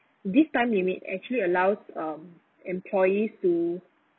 this time limit actually allows um employees to